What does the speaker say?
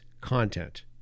content